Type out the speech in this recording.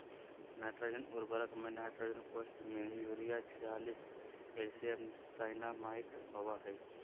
nitrogen उर्वरक में nitrogen कोष्ठ में यूरिया छियालिश कैल्शियम साइनामाईड होबा हइ